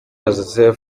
joseph